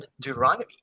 Deuteronomy